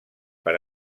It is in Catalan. per